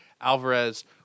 Alvarez